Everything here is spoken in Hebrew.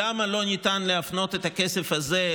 למה לא ניתן להפנות את הכסף הזה,